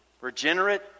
regenerate